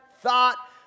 thought